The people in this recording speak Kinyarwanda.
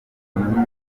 imburagihe